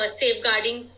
safeguarding